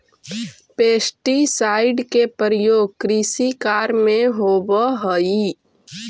pesticide के प्रयोग कृषि कार्य में होवऽ हई